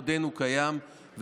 עודנו קיים.